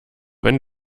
wenn